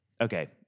okay